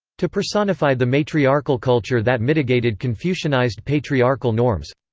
to personify the matriarchal culture that mitigated confucianized patriarchal norms.